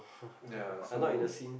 ya so